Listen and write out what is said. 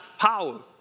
power